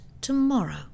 tomorrow